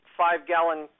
five-gallon